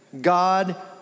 God